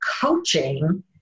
coaching